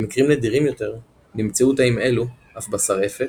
במקרים נדירים יותר נמצאו תאים אלו אף בסרעפת,